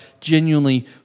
genuinely